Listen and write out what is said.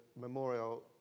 memorial